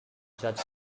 judge